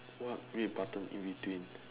what red button in between